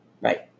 Right